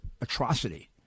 atrocity